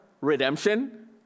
redemption